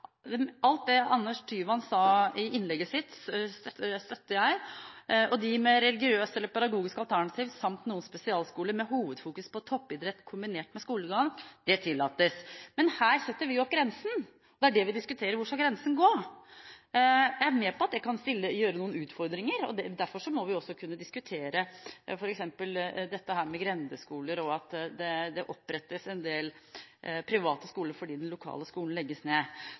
Alt det Anders Tyvand sa i innlegget sitt, støtter jeg. Religiøse eller pedagogiske alternativer samt noen spesialskoler med hovedfokus på toppidrett kombinert med skolegang tillates, men her setter vi opp grensen. Og det er det vi diskuterer: Hvor skal grensen gå? Jeg er med på at det kan by på noen utfordringer. Derfor må vi også kunne diskutere f.eks. grendeskoler og det at det opprettes en del private skoler fordi den lokale skolen legges ned.